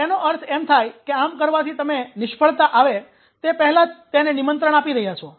આમ તેનો અર્થ એમ થાય કે આમ કરવાથી તમે નિષ્ફળતા આવે તે પહેલાં જ તેને નિમંત્રણ આપી રહ્યાં છો